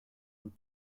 und